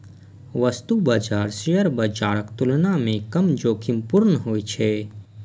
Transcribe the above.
वस्तु बाजार शेयर बाजारक तुलना मे कम जोखिमपूर्ण होइ छै